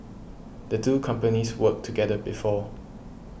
the two companies worked together before